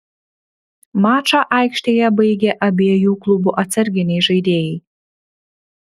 mačą aikštėje baigė abiejų klubų atsarginiai žaidėjai